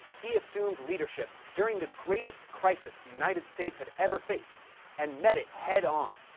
he assumed leadership during the greatest crisis the united states had ever faced and met it head on,